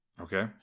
okay